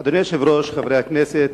אדוני היושב-ראש, חברי הכנסת,